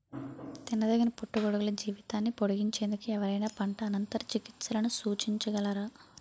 తినదగిన పుట్టగొడుగుల జీవితాన్ని పొడిగించేందుకు ఎవరైనా పంట అనంతర చికిత్సలను సూచించగలరా?